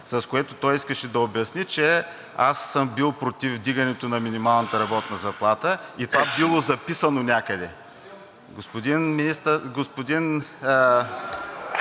с което той искаше да обясни, че аз съм бил против вдигането на минималната работна заплата и това било записано някъде. Господин Министър... (Смях